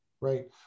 Right